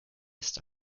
ist